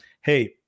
hey